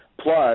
plus